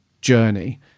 journey